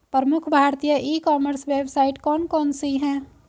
प्रमुख भारतीय e commerce website कौन कौन सी हैं?